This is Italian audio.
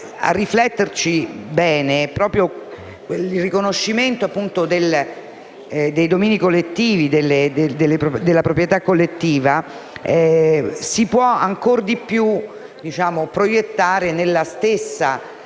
riflettere, proprio il riconoscimento dei domini collettivi, della proprietà collettiva, si può ancora di più proiettare nella stessa